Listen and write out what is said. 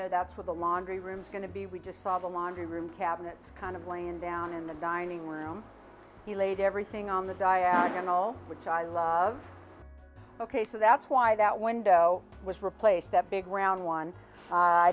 there that's where the laundry rooms going to be we just saw the laundry room cabinet kind of laying down in the dining room he laid everything on the diagonal which i love ok so that's why that window was replaced that big brown one i